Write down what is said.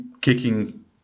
kicking